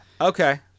Okay